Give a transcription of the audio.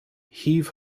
heave